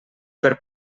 per